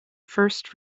first